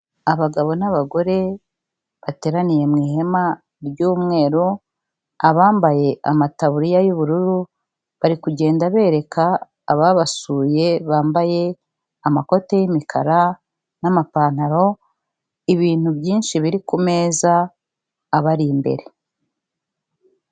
Abagabo n'abagore bateraniye mu ihema ry'umweru, abambaye amataburiya y'ubururu bari kugenda bereka ababasuye bambaye amakoti y'imikara n'amapantaro, ibintu byinshi biri ku meza abari imbere.